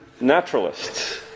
naturalists